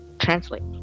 Translate